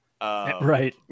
Right